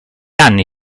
anni